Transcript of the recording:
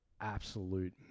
absolute